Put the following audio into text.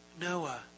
Noah